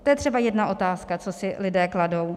To je třeba jedna otázka, co si lidé kladou.